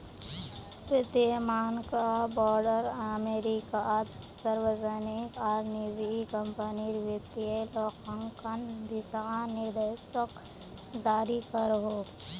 वित्तिय मानक बोर्ड अमेरिकात सार्वजनिक आर निजी क्म्पनीर वित्तिय लेखांकन दिशा निर्देशोक जारी करोहो